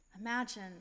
Imagine